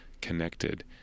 connected